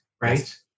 right